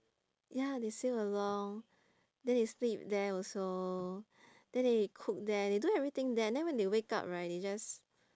ya they sail along then they sleep there also then they cook there they do everything there then when they wake up right they just